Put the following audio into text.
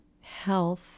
health